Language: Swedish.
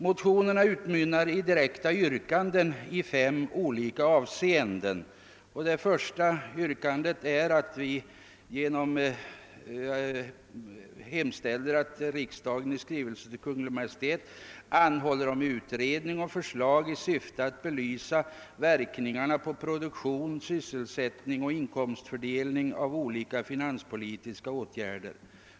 Motionerna utmynnar i direkta yrkanden i fem olika avseenden. Det första yrkandet är att vi hemställer att riksdagen i skrivelse till Kungl. Maj:t anhåller om utredning och förslag i syfte att belysa verkningarna på produktion, sysselsättning och inkomstfördelning av olika finanspolitiska åtgärder.